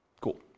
Cool